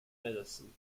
madison